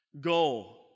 Go